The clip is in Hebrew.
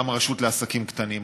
גם הרשות לעסקים קטנים,